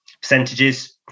percentages